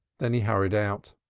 then he hurried out.